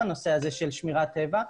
הנושא הזה של שמירת טבע.